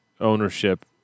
ownership